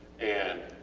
and